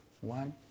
One